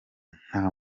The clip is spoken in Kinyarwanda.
nta